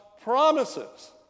promises